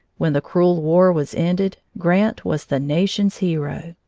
when the cruel war was ended, grant was the nation's hero.